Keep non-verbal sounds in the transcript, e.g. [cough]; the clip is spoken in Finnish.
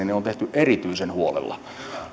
[unintelligible] ne on tehty erityisen huolella